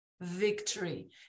Victory